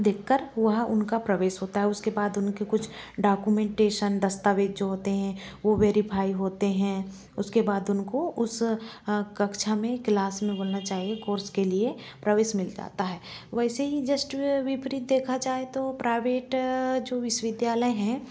देखकर वह उनका प्रवेश होता है उसके बाद उनके कुछ डाक्यूमेंटेसन दस्तावेज जो होते हैं वो वेरीफाई होते हैं उसके बाद उनको उस कक्षा में क्लास में बोलना चाहिए कोर्स के लिए प्रवेश मिल जाता है वैसे ही जस्ट विपरीत देखा जाए तो प्राइवेट जो विश्वविद्यालय हैं